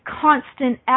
constant